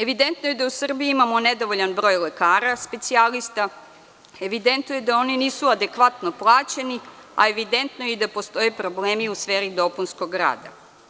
Evidentno je da u Srbiji imamo nedovoljan broj lekara specijalista, evidentno je da oni nisu adekvatno plaćeni, a evidentno je i da postoje problemi u sferi dopunskog rada.